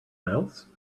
mouse